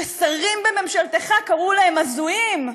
ששרים בממשלתך קראו להם הזויים,